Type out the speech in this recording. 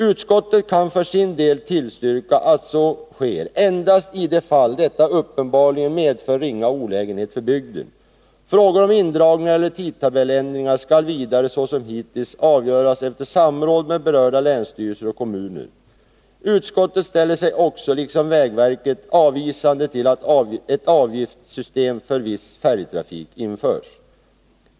Utskottet kan för sin del tillstyrka att så sker endast i de fall detta uppenbarligen medför ringa olägenhet för bygden. Frågor om indragningar eller tidtabellsändringar skall vidare, så som hittills, avgöras efter samråd med berörda länsstyrelser och kommuner. Utskottet ställer sig också, liksom vägverket, avvisande till att avgiftssystem för viss färjetrafik införs.